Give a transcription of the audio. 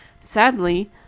Sadly